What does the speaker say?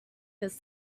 this